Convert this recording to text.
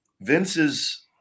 Vince's